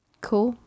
Cool